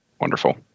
Wonderful